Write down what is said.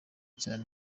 cyane